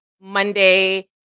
Monday